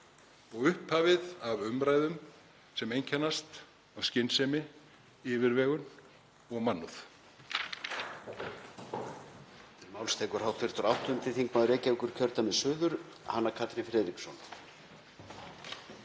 og upphafið að umræðum sem einkennast af skynsemi, yfirvegun og mannúð.